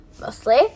mostly